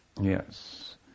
yes